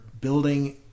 building